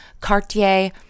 Cartier